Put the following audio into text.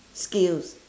skills